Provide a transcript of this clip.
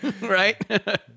right